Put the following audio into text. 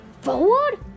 Forward